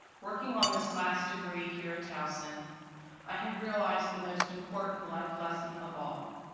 working on this last degree here at towson i have realized the most important life lesson of all,